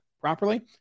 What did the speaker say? properly